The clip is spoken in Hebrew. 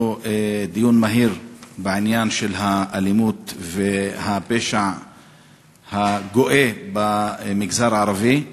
לדיון מהיר בעניין האלימות והפשע הגואה במגזר הערבי,